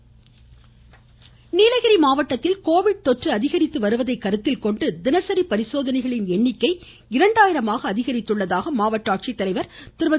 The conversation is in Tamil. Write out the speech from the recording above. நீலகிரி நீலகிரி மாவட்டத்தில் கோவிட் தொற்று அதிகரித்து வருவதை கருத்தில்கொண்டு தினசரி பரிசோதனைகளின் எண்ணிக்கை இரண்டாயிரமாக அதிகரித்துள்ளதாக மாவட்ட ஆட்சித்தலைவர் திருமதி